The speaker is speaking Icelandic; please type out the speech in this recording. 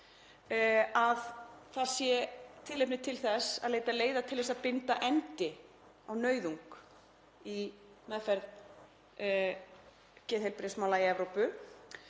að það sé tilefni til þess að leita leiða til að binda endi á nauðung í meðferð geðheilbrigðismála í Evrópu.